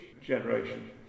generation